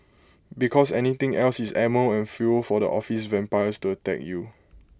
because anything else is ammo and fuel for the office vampires to attack you